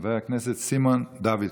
חבר הכנסת סימון דוידסון,